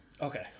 Okay